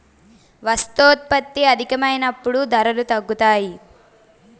వస్తోత్పత్తి అధికమైనప్పుడు ధరలు తగ్గుతాయి